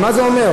מה זה אומר?